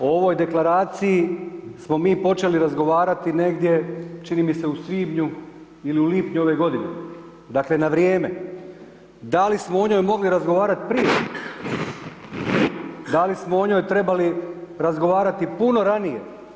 O ovoj deklaraciji smo mi počeli razgovarati negdje, .ni mi se u svibnju ili u lipnju ove g. Dakle, na vrijeme, da li smo o njoj mogli razgovarati prije da li smo o njoj trebali razgovarati puno ranije?